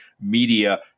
media